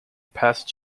passed